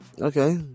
okay